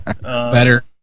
Better